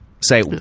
say